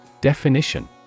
Definition